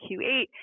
Q8